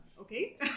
okay